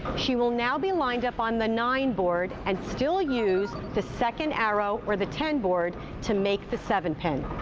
she will now be lined up on the nine board and still use the second arrow, or the ten board to make the seven pin.